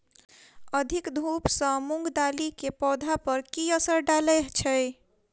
अधिक धूप सँ मूंग दालि केँ पौधा पर की असर डालय छै?